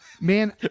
man